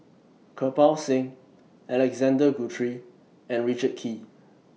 Kirpal Singh Alexander Guthrie and Richard Kee